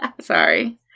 Sorry